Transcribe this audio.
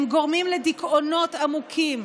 הם גורמים לדיכאונות עמוקים,